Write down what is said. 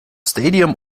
stadium